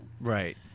right